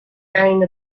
carrying